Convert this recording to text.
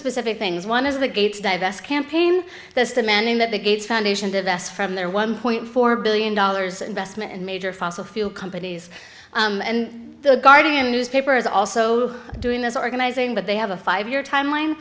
specific things one is the gates divest campaign that's demanding that the gates foundation divest from their one point four billion dollars investment in major fossil fuel companies and the guardian newspaper is also doing this organizing but they have a five year time line